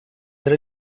tra